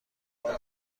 باز